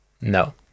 No